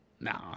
Nah